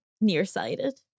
nearsighted